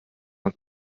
man